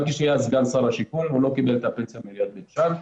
גם כשהיה סגן שר השיכון הוא לא קיבל את הפנסיה מעיריית בית שאן,